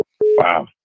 Wow